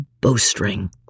bowstring